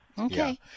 Okay